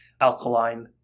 alkaline